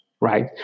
right